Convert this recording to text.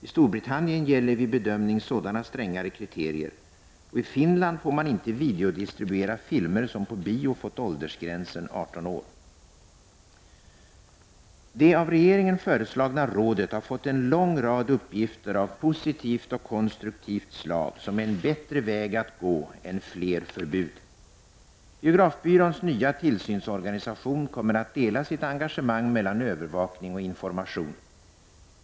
I Storbritannien gäller vid bedömning sådana strängare kriterier; i Finland får inte videodistribueras filmer, som på bio fått åldersgränsen 18 år. Det av regeringen föreslagna rådet har fått en lång rad uppgifter av positivt och konstruktivt slag, vilket är en bättre väg att gå än genom fler förbud. Biografbyråns nya tillsynsorganisation kommer att dela sitt engagemang mellan övervakning och information.